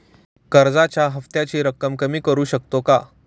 कर्जाच्या हफ्त्याची रक्कम कमी करू शकतो का?